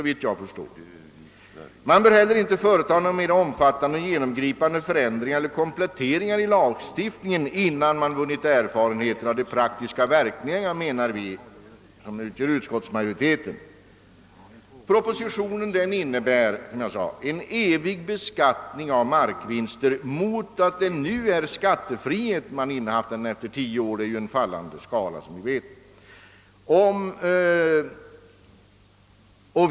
Man bör inte heller företa någon mer omfattande och genomgripande förändring och komplettering av lagstiftningen innan man vunnit erfarenheter av de praktiska verkningarna, menar vi som utgör utskottsmajoriteten. Propositionen innebär alltså en evig beskattning av markvinster, medan det nu råder skattefrihet om man innehaft fastigheten i tio år; en fallande skala tillämpas som bekant.